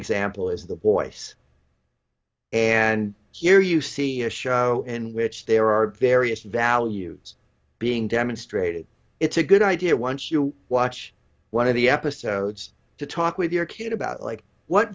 example is the voice and here you see a show in which there are various values being demonstrated it's a good idea once you watch one of the episodes to talk with your kid about like what